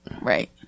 Right